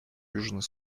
южный